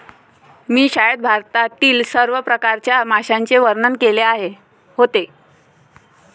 मी शाळेत भारतातील सर्व प्रकारच्या माशांचे वर्णन केले होते